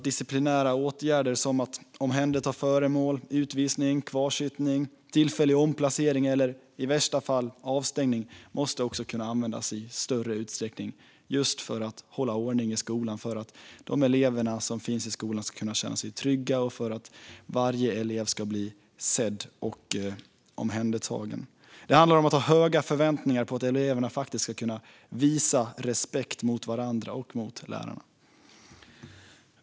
Disciplinära åtgärder som omhändertagande av föremål, utvisning, kvarsittning, tillfällig omplacering eller i värsta fall avstängning måste också kunna användas i större utsträckning, just för att hålla ordning i skolan så att eleverna som finns i skolan ska känna sig trygga, sedda och omhändertagna. Det handlar om att ha höga förväntningar på att eleverna faktiskt ska kunna visa respekt för varandra och lärarna.